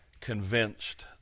convinced